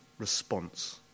response